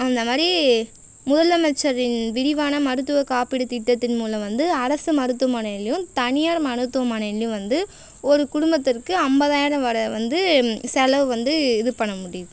அந்த மாதிரி முதலமைச்சரின் விரிவான மருத்துவ காப்பீடு திட்டத்தின் மூலம் வந்து அரசு மருத்துவமனையிலேயும் தனியார் மருத்துவமனையிலேயும் வந்து ஒரு குடும்பத்திற்கு ஐம்பதாயிரம் வரை வந்து செலவு வந்து இது பண்ண முடியுது